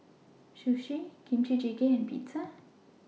Sushi Kimchi Jjigae and Pizza